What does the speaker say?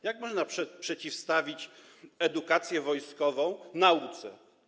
Jak można przeciwstawić edukację wojskową nauce?